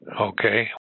Okay